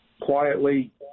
quietly